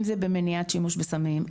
אם זה במניעת שימוש בסמים,